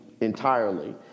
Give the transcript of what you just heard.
entirely